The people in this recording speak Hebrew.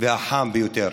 והחם ביותר